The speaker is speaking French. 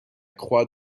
croix